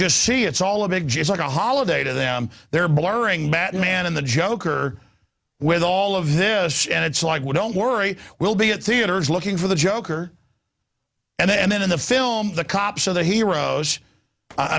just see it's all a big just like a holiday to them they're blurring batman in the joker with all of this shit and it's like well don't worry we'll be at theaters looking for the joker and then in the film the cops are the heroes i